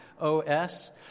OS